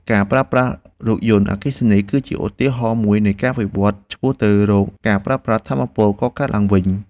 ការប្រើប្រាស់រថយន្តអគ្គិសនី គឺជាឧទាហរណ៍មួយនៃការវិវត្តន៍ឆ្ពោះទៅរកការប្រើប្រាស់ថាមពលកកើតឡើងវិញ។